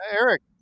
Eric